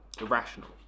irrational